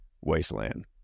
wasteland